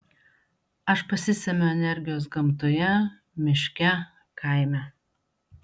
aš pasisemiu energijos gamtoje miške kaime